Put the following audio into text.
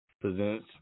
presents